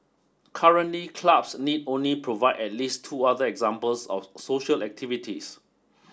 currently clubs need only provide at least two other examples of social activities